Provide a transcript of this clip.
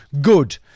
good